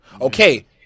Okay